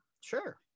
sure